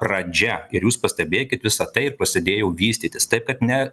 pradžia ir jūs pastebėkit visa tai ir pasėdėjo vystytis taip kad ne